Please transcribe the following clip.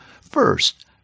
First